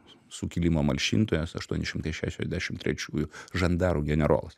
sukilimo malšintojas aštuoni šimtai šešiasdešimt trečiųjų žandarų generolas